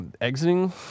exiting